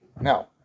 Now